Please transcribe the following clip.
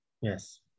Yes